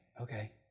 okay